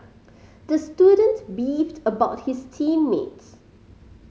the student beefed about his team mates